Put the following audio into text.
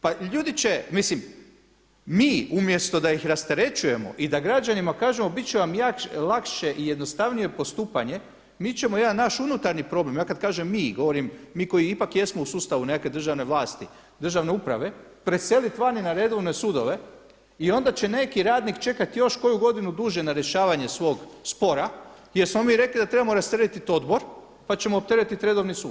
Pa ljudi će, mislim mi umjesto da ih rasterećujemo i da građanima kažemo biti će vam lakše i jednostavnije postupanje mi ćemo jedan naš unutarnji problem, ja kada kažem mi, govorim mi koji ipak jesmo u sustavu nekakve državne vlasti, državne uprave, preseliti vani na redovne sudove i onda će neki radnik čekati još koju godinu duže na rješavanje svog spora jer smo mi rekli da trebamo rasteretiti odbor pa ćemo opteretiti redovni sud.